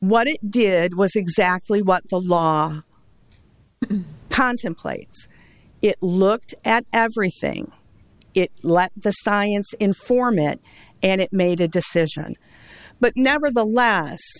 what he did was exactly what the law contemplates it looked at everything it let the science inform it and it made a decision but nevertheless